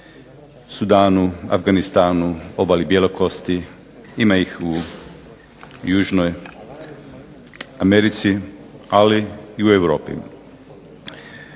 Sudanu, Afganistanu, Obali Bjelokosti, ima ih u Južnoj Americi, ali i u Europi.